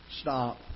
stop